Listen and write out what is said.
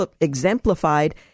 exemplified